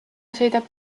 sõidab